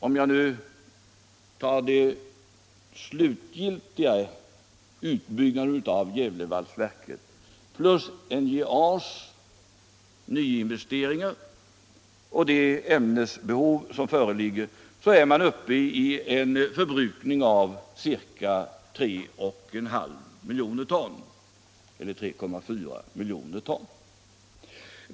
Om jag nu räknar med den slutgiltiga utbyggnaden av Gävlevalsverket plus NJA:s nyinvesteringar och det föreliggande ämnesbehovet, är vi uppe i en förbrukning av 3,4 miljoner ton.